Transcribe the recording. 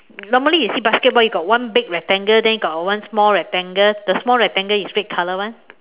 normally you see basketball you got one big rectangle then got one small rectangle the small rectangle is red color [one]